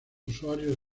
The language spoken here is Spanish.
usuarios